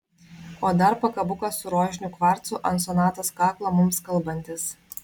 o dar pakabukas su rožiniu kvarcu ant sonatos kaklo mums kalbantis